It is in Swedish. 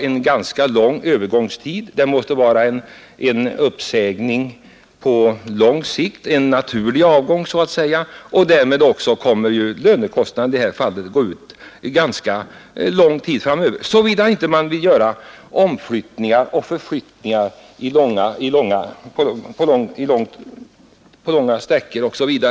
Då blir övergångstiden ganska lång, med uppsägningar på lång sikt och med en så att säga naturlig avgång. Därmed kommer också lönekostnaderna att rätt lång tid framöver vara i stort sett oförändrade, såvida man inte vill företa omflyttningar och förflyttningar med därmed förorsakade svårigheter för de berörda.